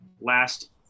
last